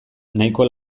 nahiko